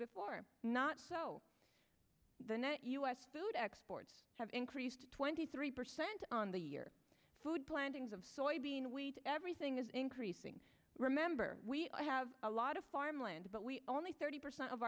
before not the net u s food exports have increased twenty three percent on the year food plantings of soybean wheat everything is increasing remember we have a lot of farmland but we only thirty percent of